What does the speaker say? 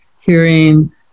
hearing